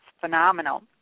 phenomenal